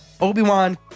Obi-Wan